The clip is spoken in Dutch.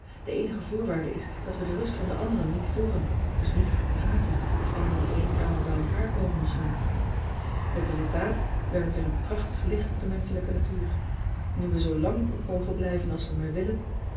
e eenige voorwaarde is dat we de rust van de anderen niet storen dus niet hard praten of allemaal op één kamer bij elkaar komen of zoo et resultaat werpt weer een prachtig licht op de menschelijke natuur u we zoo lang op mogen blijven als we maar willen